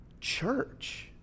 church